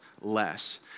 less